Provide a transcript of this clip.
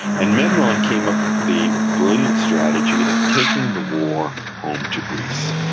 and memnon came up with the brilliant strategy of taking the war home to greece.